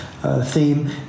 Theme